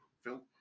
Phil